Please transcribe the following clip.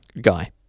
Guy